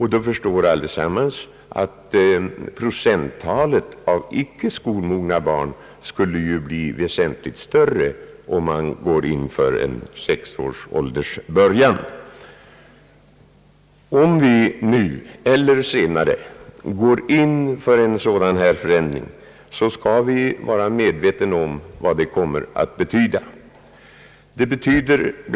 Då förstår var och en, att procenttalet av icke skolmogna barn skulle bli väsentligt högre om vi gick in för att barn skulle börja skolan vid sex års ålder. Om vi nu eller senare beslutar en sådan förändring skall vi också vara medvetna om vad det betyder. Bl.